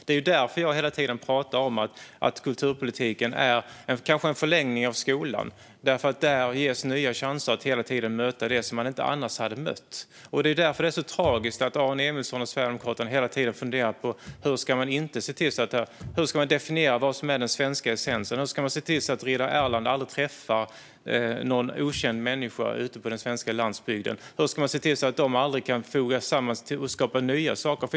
Det är därför jag hela tiden pratar om att kulturpolitiken är en förlängning av skolan. Där ges nya chanser att hela tiden möta det som man inte annars hade mött. Det är därför det är så tragiskt att Aron Emilsson och Sverigedemokraterna hela tiden funderar på: Hur ska man definiera vad som är den svenska essensen? Hur ska man se till att riddare Erland aldrig träffar någon okänd människa på den svenska landsbygden? Hur ska man se till att de aldrig kan föras samman och skapa nya saker?